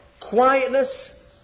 quietness